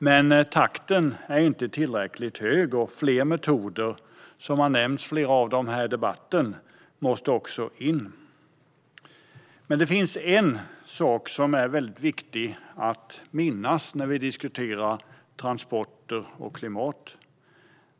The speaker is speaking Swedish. Men takten i omställningen är inte tillräckligt hög, och fler av de alternativ som nämnts här i debatten måste in. Det finns en sak som är mycket viktig att minnas när vi diskuterar transporter och klimat.